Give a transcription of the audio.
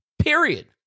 period